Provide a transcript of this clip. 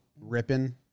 ripping